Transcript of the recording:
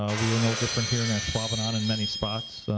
um we were no different here in ashwaubenon in many spots.